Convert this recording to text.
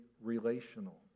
relational